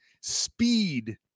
speed